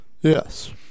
yes